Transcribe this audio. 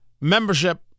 membership